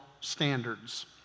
standards